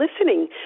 listening